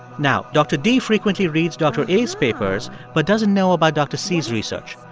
now, dr. d frequently reads dr. a's papers but doesn't know about dr. c's research.